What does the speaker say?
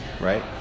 right